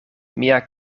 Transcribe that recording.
mia